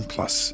Plus